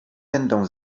będą